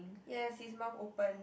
yes his mouth open